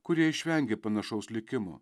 kurie išvengė panašaus likimo